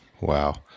wow